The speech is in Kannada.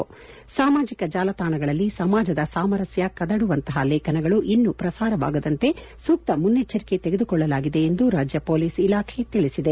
ಇನ್ನು ಸಾಮಾಜಿಕ ಜಾಲತಾಣಗಳಲ್ಲಿ ಸಮಾಜದ ಸಾಮರಸ್ತ ಕದಡುವಂತಹ ಲೇಖನಗಳು ಪ್ರಸಾರವಾಗದಂತೆ ಸೂಕ್ತ ಮುನ್ನೆಚ್ಚರಿಕೆ ತೆಗೆದುಕೊಳ್ಳಲಾಗಿದೆ ಎಂದು ರಾಜ್ಯ ಮೊಲೀಸ್ ಇಲಾಖೆ ತಿಳಿಸಿದೆ